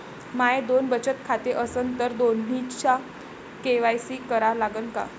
माये दोन बचत खाते असन तर दोन्हीचा के.वाय.सी करा लागन का?